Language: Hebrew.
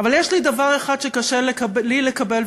אבל יש דבר אחד שקשה לי לקבל,